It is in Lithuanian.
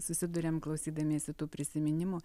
susiduriam klausydamiesi tų prisiminimų